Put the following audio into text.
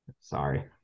Sorry